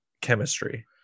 chemistry